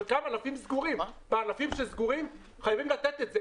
חלקם ענפים סגורים ולענפים סגורים חייבים לתת את זה,